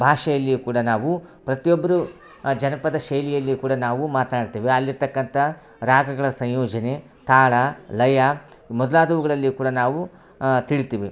ಭಾಷೆಯಲ್ಲಿಯೂ ಕೂಡ ನಾವು ಪ್ರತಿಯೊಬ್ಬರು ಆ ಜನಪದ ಶೈಲಿಯಲ್ಲಿ ಕೂಡ ನಾವು ಮಾತನಾಡ್ತೀವಿ ಅಲ್ಲಿರ್ತಕ್ಕಂಥ ರಾಗಗಳ ಸಂಯೋಜನೆ ತಾಳ ಲಯ ಮೊದಲಾದವುಗಳಲ್ಲಿಯೂ ಕೂಡ ನಾವು ತಿಳಿತೀವಿ